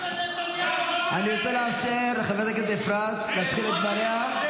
אני רוצה לאפשר לחברת הכנסת אפרת להתחיל את דבריה.